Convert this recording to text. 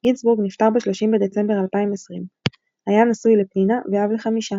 גינזבורג נפטר ב-30 בדצמבר 2020. היה נשוי לפנינה ואב לחמישה.